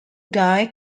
dye